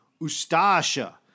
Ustasha